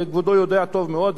וכבודו יודע טוב מאוד,